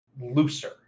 looser